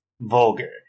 vulgar